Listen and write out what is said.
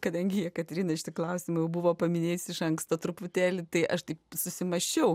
kadangi jekaterina šitą klausimą jau buvo paminėjusi iš anksto truputėlį tai aš taip susimąsčiau